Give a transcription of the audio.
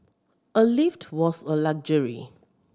a lift was a luxury